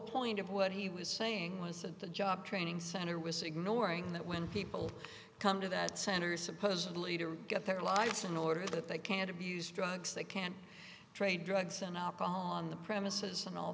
point of what he was saying was that the job training center was ignoring that when people come to that center supposedly to get their lives in order that they can't abuse drugs they can trade drugs and alcohol on the premises and all